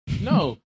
no